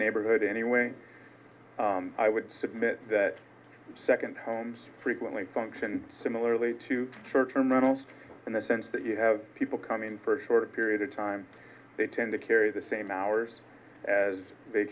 neighborhood anyway i would submit that second homes frequently function similarly to church terminals in the sense that you have people come in for a short period of time they tend to carry the same hours as